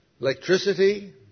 electricity